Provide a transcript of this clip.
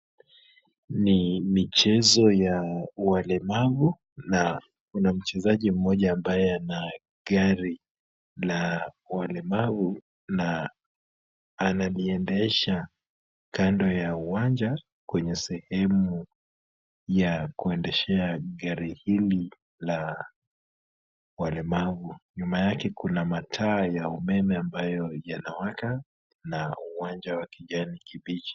Ni michezo ya walemavu na kuna mchezaji mmoja ambaye ana gari la walemavu na analiendesha kando ya uwanja kwenye sehemu ya kuendeshea gari hili la walemavu, nyuma yake kuna mataa ya umeme ambayo yanawaka na uwanja wa kijani kibichi.